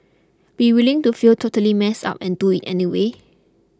be willing to feel totally messed up and do it anyway